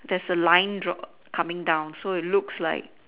there's a line draw coming down so it looks like